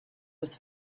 was